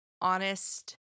honest